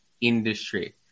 industry